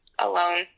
Alone